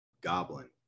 Goblin